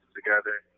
together